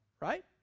right